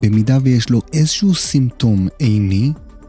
‫במידה ויש לו איזשהו סימפטום עיני...